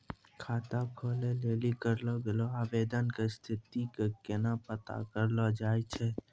खाता खोलै लेली करलो गेलो आवेदन के स्थिति के केना पता करलो जाय छै?